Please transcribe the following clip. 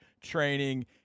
training